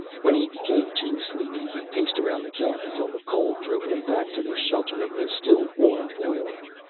when he became too sleepy he paced around the camp until the cold drove him back to the shelter of the still-warm boiler.